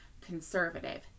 conservative